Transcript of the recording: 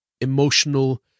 emotional